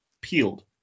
peeled